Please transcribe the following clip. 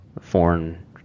foreign